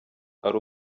ari